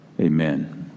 amen